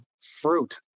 fruit